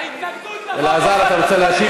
ההתנגדות לחוק,